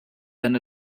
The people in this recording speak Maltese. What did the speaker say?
dan